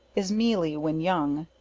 is mealy when young,